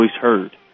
heard